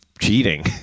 Cheating